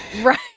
right